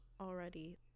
already